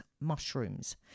mushrooms